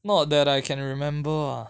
not that I can remember ah